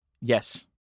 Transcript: Yes